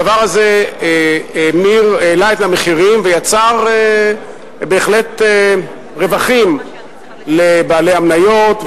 הדבר הזה העלה את המחירים ויצר בהחלט רווחים לבעלי המניות,